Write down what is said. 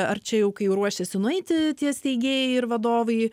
ar čia jau kai ruošiasi nueiti tie steigėjai ir vadovai